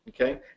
Okay